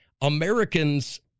Americans